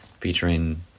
featuring